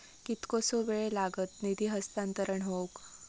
कितकोसो वेळ लागत निधी हस्तांतरण हौक?